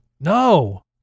No